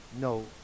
no